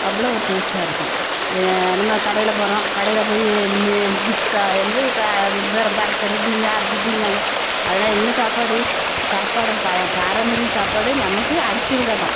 அவ்வளோ ஒரு டேஸ்ட்டாக இருக்கும் நம்ம கடையில் போகிறோம் கடையில போய் மீ பிஸ்த்தா என்னது பெ வேற பர்கரு பின்ன அப்படி இப்படிங்காங்க அதெல்லாம் என்ன சாப்பாடு சாப்பாட பா பாரம்பரியம் சாப்பாடு நமக்கு அரிசி வகை தான்